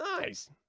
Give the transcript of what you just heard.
Nice